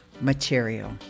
material